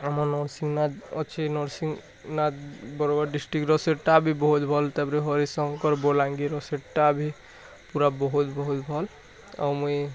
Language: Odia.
ଆମର ନୃରସିଂହ ନାଥ ଅଛି ନୃରସିଂହ ନାଥ ବରଗଡ଼ ଡିଷ୍ଟ୍ରିକ୍ଟ୍ର ସେଇଟା ବି ବହୁତ ଭଲ୍ ତା'ପରେ ହରିଶଙ୍କର ବଲାଙ୍ଗୀରର ସେଇଟା ଭି ପୁରା ବହୁତ ବହୁତ ଭଲ୍ ଆଉ ମୁଇ